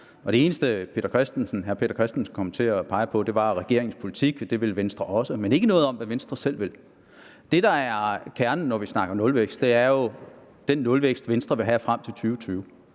det eneste, hr. Peter Christensen kom til at pege på, var regeringens politik, og at det ville Venstre også, men ikke noget om, hvad Venstre selv vil. Det, der er kernen, når vi snakker nulvækst, er jo den nulvækst, Venstre vil have frem til 2020.